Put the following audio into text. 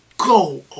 Go